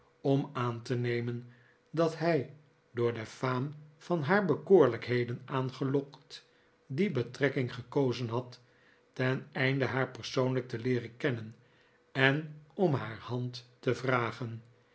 om aan te nemen dat hij door de faam van haar bekoorlijkheden aangelokt die betrekking gekozen had teneinde haar persoonlijk te leeren kennen en om haar hand te vragen